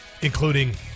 including